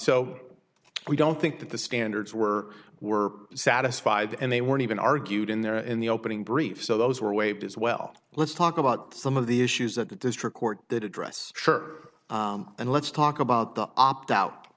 so we don't think that the standards were were satisfied and they weren't even argued in there in the opening brief so those were waved as well let's talk about some of the issues that the district court did address shirt and let's talk about the opt out